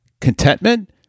Contentment